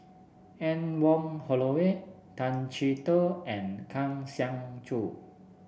Anne Wong Holloway Tay Chee Toh and Kang Siong Joo